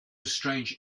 strange